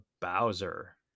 Bowser